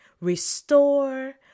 restore